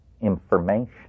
information